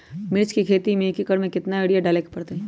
मिर्च के खेती में एक एकर में कितना यूरिया डाले के परतई?